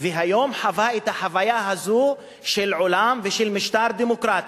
והיום חווה את החוויה הזאת של עולם ושל משטר דמוקרטי.